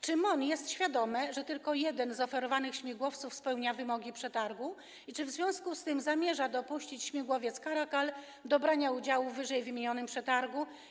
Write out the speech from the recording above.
Czy MON jest świadomy, że tylko jeden z oferowanych śmigłowców spełnia wymogi przetargu, i czy w związku z tym zamierza dopuścić śmigłowiec Caracal do brania udziału w ww. przetargu?